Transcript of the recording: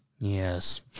Yes